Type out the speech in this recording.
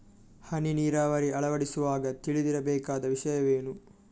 ಹನಿ ನೀರಾವರಿ ಅಳವಡಿಸುವಾಗ ತಿಳಿದಿರಬೇಕಾದ ವಿಷಯವೇನು?